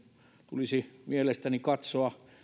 tulisi mielestäni katsoa